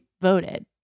voted